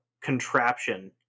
contraption